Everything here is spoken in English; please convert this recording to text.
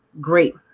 great